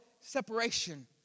separation